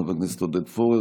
חבר הכנסת עודד פורר,